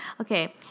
okay